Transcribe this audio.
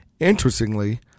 Interestingly